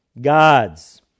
God's